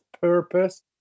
purpose